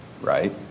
right